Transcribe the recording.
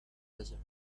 desert